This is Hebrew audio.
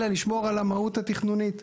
אלא לשמור על המהות התכנונית.